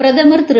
பிரதமர் திரு